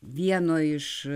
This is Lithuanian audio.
vieno iš